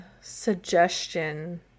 suggestion